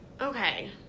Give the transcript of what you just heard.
okay